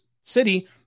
city